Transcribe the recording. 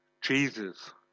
Jesus